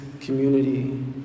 community